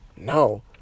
no